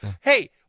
Hey